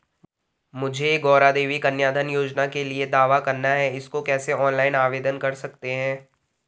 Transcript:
मुझे गौरा देवी कन्या धन योजना के लिए दावा करना है इसको कैसे ऑनलाइन आवेदन कर सकते हैं?